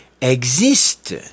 existe